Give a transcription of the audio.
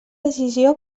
decisió